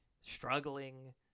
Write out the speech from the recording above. struggling